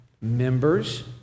members